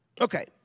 Okay